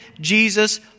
Jesus